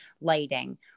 lighting